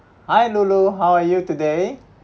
hi lulu how are you today